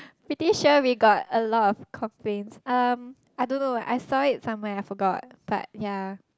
pretty sure we got a lot of complains um I don't know I saw it somewhere I forgot but ya